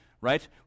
right